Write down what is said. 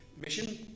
mission